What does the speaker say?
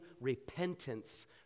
repentance